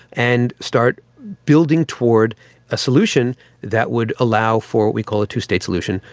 and start building toward a solution that would allow for what we call a two-state solution,